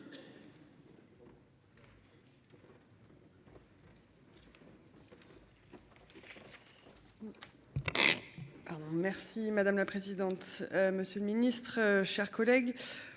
Merci madame la présidente, monsieur le ministre, chers collègues